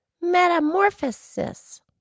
Metamorphosis